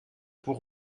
pour